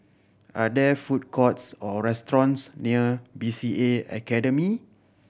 are there food courts or restaurants near B C A Academy